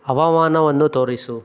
ಹವಾಮಾನವನ್ನು ತೋರಿಸು